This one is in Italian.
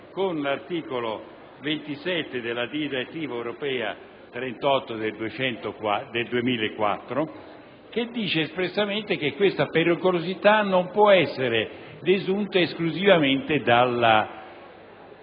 con l'articolo 27 della direttiva europea 2004/38/CE che dice espressamente che questa pericolosità non può essere desunta esclusivamente da